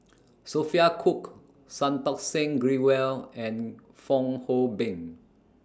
Sophia Cooke Santokh Singh Grewal and Fong Hoe Beng